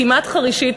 כמעט חרישית,